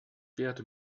werde